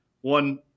one